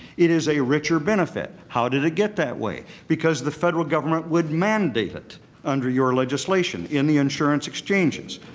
it is a richer benefit. how did it get that way? because the federal government would mandate it under your legislation in the insurance exchanges.